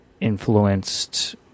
influenced